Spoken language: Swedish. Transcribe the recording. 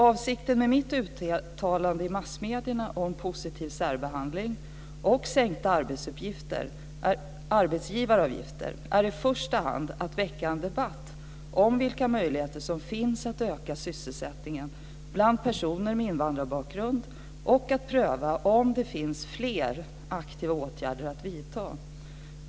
Avsikten med mitt uttalande i massmedierna om positiv särbehandling och sänkta arbetsgivaravgifter är i första hand att väcka en debatt om vilka möjligheter som finns att öka sysselsättningen bland personer med invandrarbakgrund och att pröva om det finns fler aktiva åtgärder att vidta.